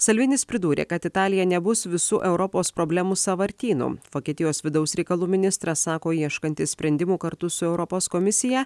salvinis pridūrė kad italija nebus visų europos problemų sąvartynų vokietijos vidaus reikalų ministras sako ieškantis sprendimų kartu su europos komisija